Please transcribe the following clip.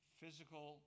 physical